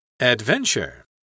Adventure